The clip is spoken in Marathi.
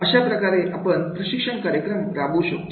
अशाप्रकारे आपण प्रशिक्षण कार्यक्रम राबवू शकतो